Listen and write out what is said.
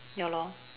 ya lor